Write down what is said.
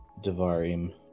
Devarim